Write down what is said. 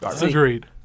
Agreed